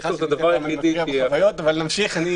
סליחה שאני מפריע בחוויות, אבל נמשיך.